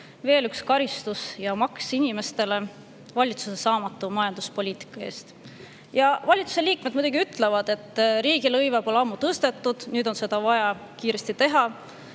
Veel üks karistus ja maks inimestele valitsuse saamatu majanduspoliitika eest. Valitsuse liikmed muidugi ütlevad, et riigilõive pole ammu tõstetud, nüüd on seda vaja kiiresti teha.